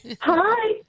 Hi